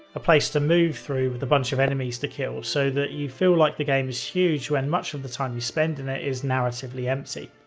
a place to move through with a bunch of enemies to kill so that you feel like the game is huge when much of the time you spend in it is narratively empty.